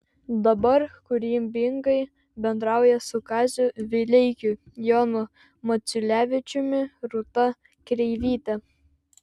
dabar kūrybingai bendrauja su kaziu vileikiu jonu maciulevičiumi rūta kreivyte